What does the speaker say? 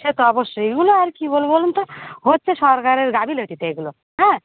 সে তো অবশ্যই এগুলো আর কি বলবো বলুন তো হচ্ছে সরকারের গাফিলতিতে এগুলো হ্যাঁ